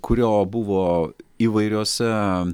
kurio buvo įvairiose